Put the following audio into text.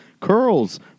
curls